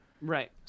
Right